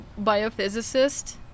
biophysicist